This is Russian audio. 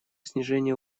снижение